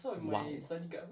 !wow!